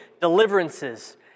deliverances